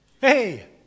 Hey